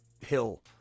Hill